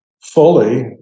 fully